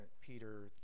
Peter